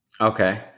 Okay